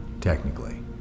technically